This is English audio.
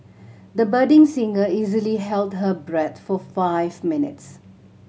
the budding singer easily held her breath for five minutes